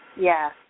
Yes